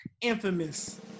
infamous